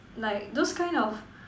like those kind of